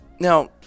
Now